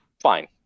fine